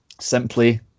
simply